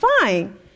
fine